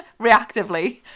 reactively